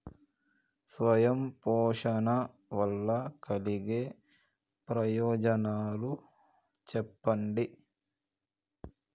స్వయం పోషణ వల్ల కలిగే ప్రయోజనాలు చెప్పండి?